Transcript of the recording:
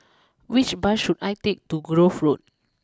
which bus should I take to Grove Road